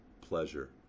pleasure